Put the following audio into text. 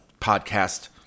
podcast